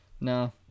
no